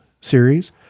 series